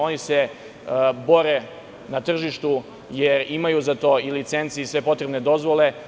Oni se bore na tržištu jer imaju za to i licence i sve potrebne dozvole.